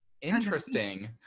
Interesting